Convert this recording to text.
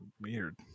Weird